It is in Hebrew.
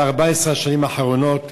על 14 השנים האחרונות,